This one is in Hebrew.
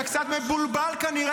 אתה קצת מבולבל כנראה,